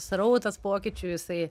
srautas pokyčių jisai